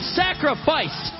sacrifice